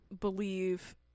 believe